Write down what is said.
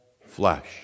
flesh